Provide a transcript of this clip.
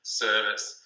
service